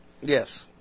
Yes